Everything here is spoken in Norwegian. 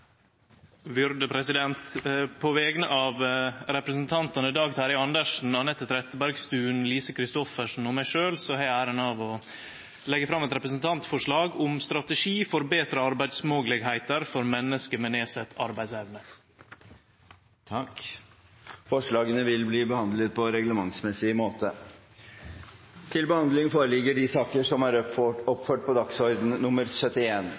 På vegner av representantane Dag Terje Andersen, Anette Trettebergstuen, Lise Christoffersen og meg sjølv har eg æra av å leggje fram eit representantforslag om strategi for betre arbeidsmoglegheiter for menneske med nedsett arbeidsevne. Forslagene vil bli behandlet på reglementsmessig måte.